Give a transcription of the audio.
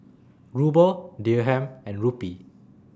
Ruble Dirham and Rupee